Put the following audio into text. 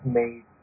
made